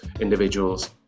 individuals